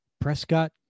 Prescott